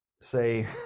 say